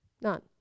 None